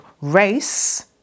race